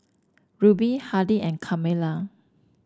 Ruby Hardy and Carmela